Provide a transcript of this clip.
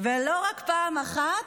ולא רק פעם אחת?